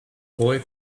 boy